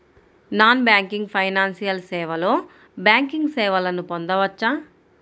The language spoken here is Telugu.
నాన్ బ్యాంకింగ్ ఫైనాన్షియల్ సేవలో బ్యాంకింగ్ సేవలను పొందవచ్చా?